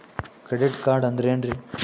Credit card ಅಂದ್ರ ಏನ್ರೀ?